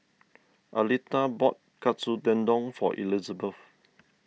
Aleta bought Katsu Tendon for Elizbeth